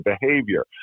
behavior